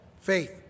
faith